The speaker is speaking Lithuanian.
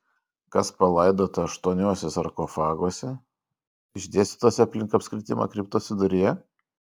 kas palaidota aštuoniuose sarkofaguose išdėstytuose aplink apskritimą kriptos viduryje